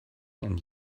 and